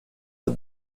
the